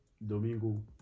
Domingo